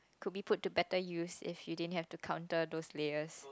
could be put to better use if you didn't you have to counter those layers